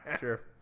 Sure